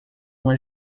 uma